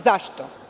Zašto?